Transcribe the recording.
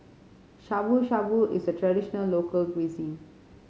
Shabu Shabu is a traditional local cuisine